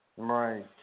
Right